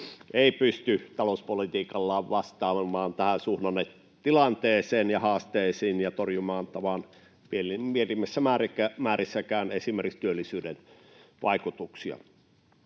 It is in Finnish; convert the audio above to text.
ei pysty talouspolitiikallaan vastaamaan tähän suhdannetilanteeseen ja haasteisiin ja torjumaan pienimmissä määrinkään esimerkiksi työllisyyden vaikutuksia.